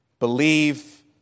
Believe